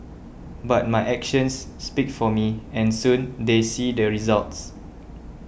but my actions speak for me and soon they see their results